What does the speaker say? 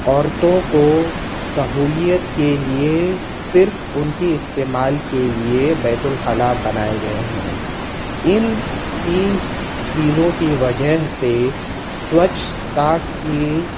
عورتوں کو سہولیت کے لیے صرف ان کے استعمال کے لیے بیت الخلاء بنائے گیے ہیں ان تین چیزوں کی وجہ سے سوچھتا کی